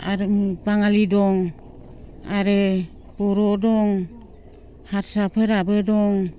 आरो बाङालि दं आरो बर' दं हारसाफोराबो दं